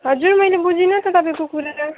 हजुर मैले बुझिनँ त तपाईँको कुरा